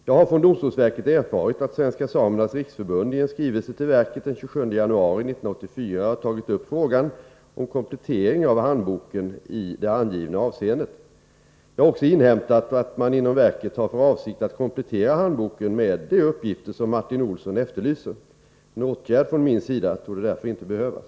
Jag har från domstolsverket erfarit att Svenska samernas riksförbund i en skrivelse till verket den 27 januari 1984 tagit upp frågan om komplettering av handboken i det angivna avseendet. Jag har också inhämtat att man inom verket har för avsikt att komplettera handboken med de uppgifter som Martin Olsson efterlyser. Någon åtgärd från min sida torde därför inte behövas.